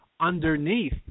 underneath